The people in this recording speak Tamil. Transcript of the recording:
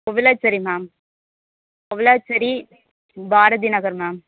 Kovilacheri ma'am Kovilacheri Bharathi Nagar ma'am